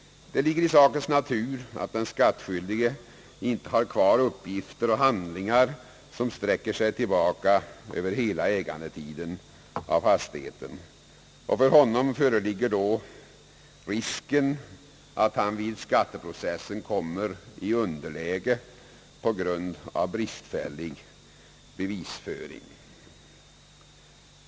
Det ligger i sakens natur att den skattskyldige ofta inte har kvar uppgifter och handlingar för hela den tid han ägt fastigheten. För honom föreligger då risken att han vid skatteprocessen kommer i underläge på grund av bristfällig bevisföring.